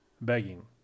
begging